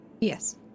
yes